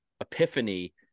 epiphany